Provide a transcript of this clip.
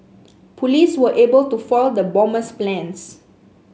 police were able to foil the bomber's plans